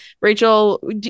Rachel